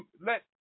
let